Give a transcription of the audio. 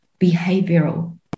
behavioral